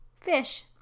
fish